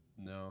no